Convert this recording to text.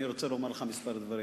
אני רוצה לומר לך כמה דברים.